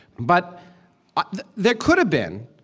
but there could have been.